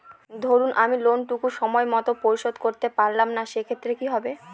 ধরুন আমি লোন টুকু সময় মত পরিশোধ করতে পারলাম না সেক্ষেত্রে কি হবে?